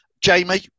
Jamie